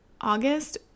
August